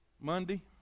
Monday